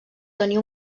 tenir